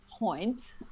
point